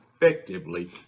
effectively